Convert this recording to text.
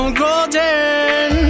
golden